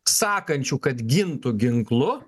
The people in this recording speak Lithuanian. sakančių kad gintų ginklu